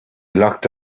locked